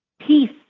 peace